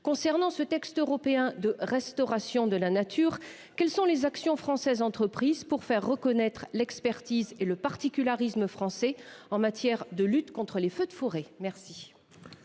concernant ce texte européen de restauration de la nature. Quelles sont les actions françaises entreprises pour faire reconnaître l'expertise et le particularisme français en matière de lutte contre les feux de forêt.